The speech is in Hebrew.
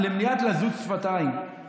מניעת לזות שפתיים,